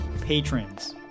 patrons